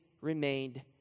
remained